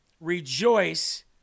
rejoice